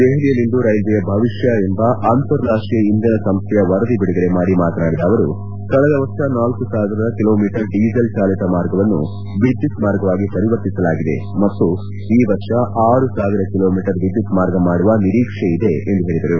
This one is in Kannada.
ದೆಹಲಿಯಲ್ಲಿಂದು ರೈಲ್ವೆಯ ಭವಿಷ್ಕ ಎಂಬ ಆಂತಾರಾಷ್ಟೀಯ ಇಂಧನ ಸಂಸ್ಥೆಯ ವರದಿ ಬಿಡುಗಡೆ ಮಾಡಿ ಮಾತನಾಡಿದ ಅವರು ಕಳೆದ ವರ್ಷ ನಾಲ್ಕು ಸಾವಿರ ಕಿಲೋ ಮೀಟರ್ ಡೀಸೆಲ್ ಚಾಲಿತ ಮಾರ್ಗವನ್ನು ವಿದ್ಯುತ್ ಮಾರ್ಗವಾಗಿ ಪರಿವರ್ತಿಸಲಾಗಿದೆ ಮತ್ತು ಈ ವರ್ಷ ಆರು ಸಾವಿರ ಕಿಲೋ ಮೀಟರ್ ವಿದ್ದುತ್ ಮಾರ್ಗ ಮಾಡುವ ನಿರೀಕ್ಷೆ ಇದೆ ಎಂದು ಹೇಳಿದರು